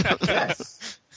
Yes